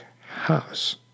house